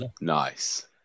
Nice